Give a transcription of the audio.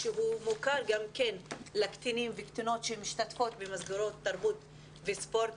שמוכר גם כן לקטינים וקטינות שמשתתפים במסגרות תרבות וספורט,